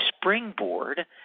springboard